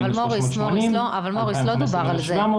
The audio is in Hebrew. אבל מוריס, לא דובר על זה.